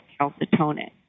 calcitonin